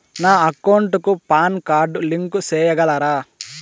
నా అకౌంట్ కు PAN card link సేయగలరా?